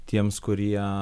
tiems kurie